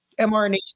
mrna